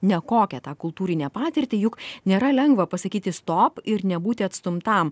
ne kokią tą kultūrinę patirtį juk nėra lengva pasakyti stop ir nebūti atstumtam